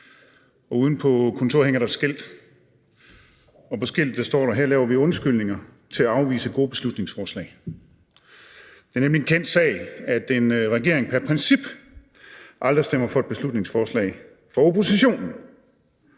der uden for kontoret hænger et skilt, hvor der står: Her laver vi undskyldninger for at afvise gode beslutningsforslag. Det er nemlig en kendt sag, at en regering som princip aldrig stemmer for et beslutningsforslag fra oppositionen.